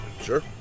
Sure